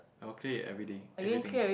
I'll clear it everyday everything